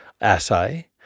assay